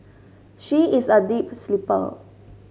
she is a deep sleeper